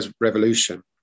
Revolution